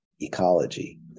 ecology